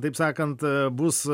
taip sakant bus